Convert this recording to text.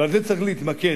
ובזה צריך להתמקד,